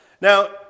Now